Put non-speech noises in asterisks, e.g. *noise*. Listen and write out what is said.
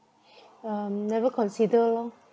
*breath* um never consider lor